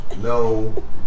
No